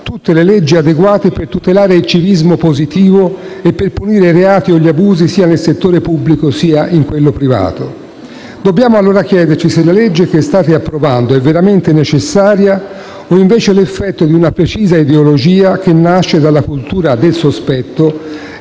già leggi adeguate per tutelare il civismo positivo e per punire i reati o gli abusi, nel settore pubblico come in quello privato. Dobbiamo allora chiederci se la legge che vi accingete ad approvare sia veramente necessaria o invece sia l'effetto di una precisa ideologia che nasce dalla cultura del sospetto